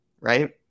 Right